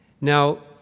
Now